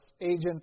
agent